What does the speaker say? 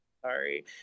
Sorry